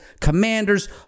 commanders